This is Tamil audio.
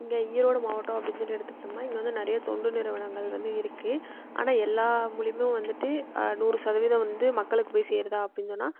இங்கே ஈரோடு மாவட்டம் அப்படின்னு சொல்லி எடுத்துக்கிட்டோமுன்னால் இங்கே வந்து நிறையா தொண்டு நிறுவனங்கள் வந்து இருக்குது ஆனால் எல்லாம் மூலிமா வந்துட்டு நூறு சதவீதம் வந்து மக்களுக்கு போய் சேருதா அப்படின்னு சொன்னால்